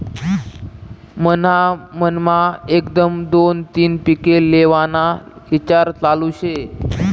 मन्हा मनमा एकदम दोन तीन पिके लेव्हाना ईचार चालू शे